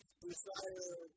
Desire